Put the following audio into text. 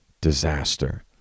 disaster